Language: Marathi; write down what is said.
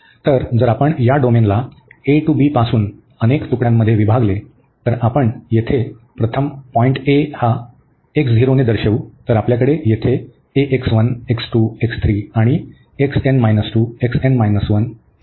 तर जर आपण या डोमेनला a टू b पासून अनेक तुकड्यांमध्ये विभागले तर आपण येथे प्रथम पॉईंट a हा ने दर्शवू तर आपल्याकडे येथे a आणि आणि असेच आहे